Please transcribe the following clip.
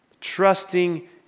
Trusting